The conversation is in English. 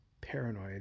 paranoid